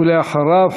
ואחריו,